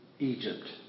Egypt